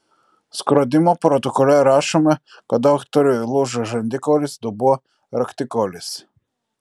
skrodimo protokole rašoma kad aktoriui lūžo žandikaulis dubuo raktikaulis